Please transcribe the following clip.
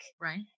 right